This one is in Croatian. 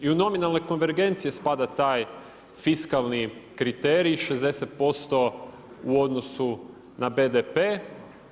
I u nominalne konvergencije spada taj fiskalni kriterij 60% u odnosu na BDP-e.